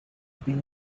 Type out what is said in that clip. peak